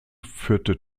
führte